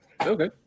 okay